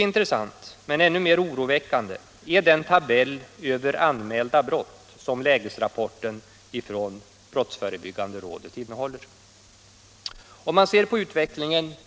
Jag kan, herr talman, dra siffror från brottstyp efter brottstyp som har samma tendens.